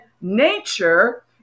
nature